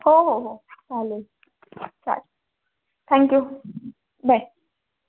हो हो हो चालेल चालेल थँक्यू बाय